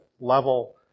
level